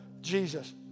Jesus